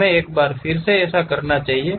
हमें एक बार फिर से ऐसा करना चाहिए